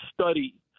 study